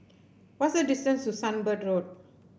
what is the distance to Sunbird Road